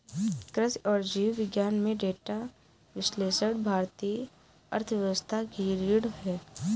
कृषि और जीव विज्ञान में डेटा विश्लेषण भारतीय अर्थव्यवस्था की रीढ़ है